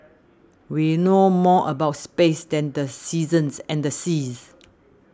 we know more about space than the seasons and the seas